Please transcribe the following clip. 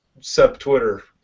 sub-Twitter